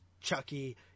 Chucky